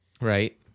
Right